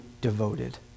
devoted